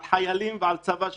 אלא על חיילים ועל הצבא שנכנסים.